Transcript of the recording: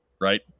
right